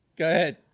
good